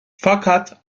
fakat